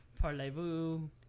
Parlez-vous